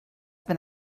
been